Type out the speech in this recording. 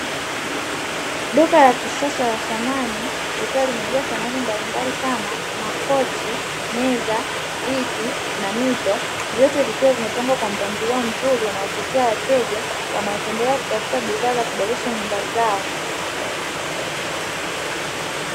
Duka la kisasa la samani likawa limejaa samani mbalimbali kama; makochi, meza, viti na mito vyote vikiwa vimepangwa kwa mpangilio mzuri unaovutia wateja wanaotembelea kutafuta bidhaa za kuboresha nyumba zao.